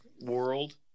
world